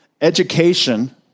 Education